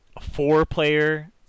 four-player